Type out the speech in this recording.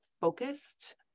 focused